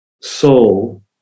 soul